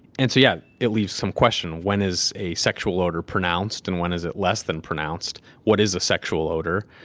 and so, yeah, it leaves some question, when is a sexual odor pronounced and when is it less than pronounced? what is a sexual odor?